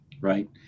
Right